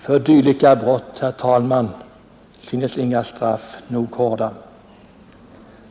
För dylika brott, herr talman, finnes inga straff nog hårda.